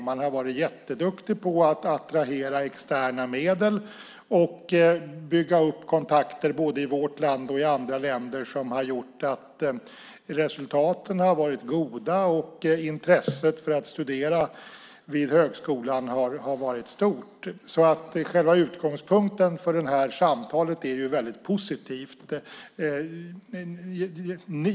Man har varit duktig på att attrahera externa medel och bygga upp kontakter i både vårt land och andra länder. Detta har gjort att resultaten har varit goda och intresset för att studera vid högskolan har varit stort. Själva utgångspunkten för det här samtalet är positiv.